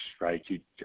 right